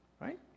Right